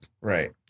Right